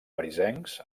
parisencs